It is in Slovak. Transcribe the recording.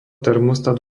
termostat